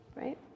right